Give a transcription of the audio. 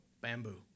Bamboo